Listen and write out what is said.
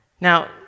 Now